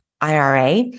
IRA